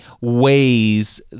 ways